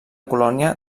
colònia